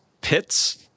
pits